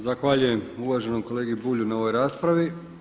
Zahvaljujem uvaženom kolegi Bulju na ovoj raspravi.